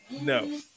no